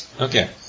Okay